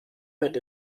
wird